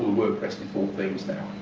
wordpress default themes now.